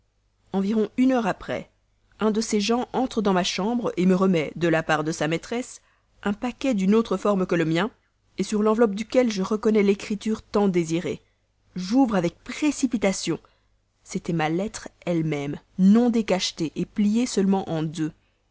environ une heure après un de ses gens entre dans ma chambre me remet de la part de sa maîtresse un paquet d'une autre forme que le mien sur l'enveloppe duquel je reconnais l'écriture tant désirée j'ouvre avec précipitation c'était ma lettre elle-même non décachetée pliée seulement en deux